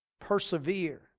Persevere